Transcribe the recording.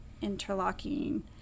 interlocking